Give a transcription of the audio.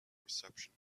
reception